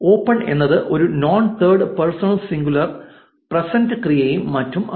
open എന്നത് ഒരു non third person singular present ക്രിയയും മറ്റും ആണ്